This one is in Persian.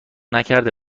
نکرده